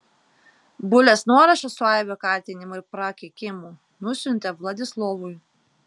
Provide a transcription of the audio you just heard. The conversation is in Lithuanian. bulės nuorašą su aibe kaltinimų ir prakeikimų nusiuntė vladislovui